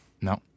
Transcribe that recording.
No